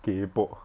kaypoh